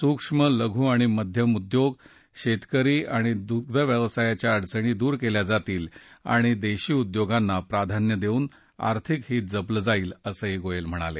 सूक्ष्म लघु आणि मध्यम उद्योग शेतकरी आणि दुग्धव्यवसायाच्या अडचणी दूर केल्या जातील आणि देशी उद्योगांना प्राधान्य देऊन आर्थिक हित जपलं जाईल असंही गोयल म्हणाले